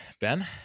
ben